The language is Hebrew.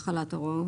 החלת הוראות.